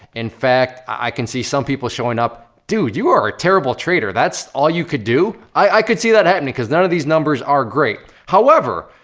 in fact, i can see some people showing up, dude, you are a terrible trader! that's all you could do? i could see that happening, cause none of these numbers are great, however,